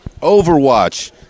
Overwatch